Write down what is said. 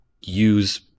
use